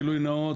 גילוי נאות,